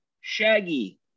Shaggy